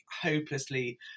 hopelessly